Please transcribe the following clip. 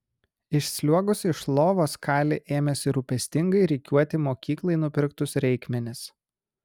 išsliuogusi iš lovos kali ėmėsi rūpestingai rikiuoti mokyklai nupirktus reikmenis